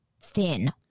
thin